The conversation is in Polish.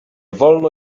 wolno